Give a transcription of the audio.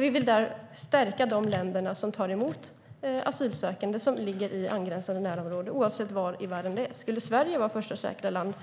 Vi vill stärka de länder i angränsande närområden som tar emot flyktingar, oavsett var i världen det är. Skulle Sverige vara första säkra land